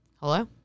Hello